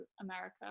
America